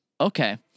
Okay